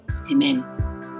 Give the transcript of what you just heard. Amen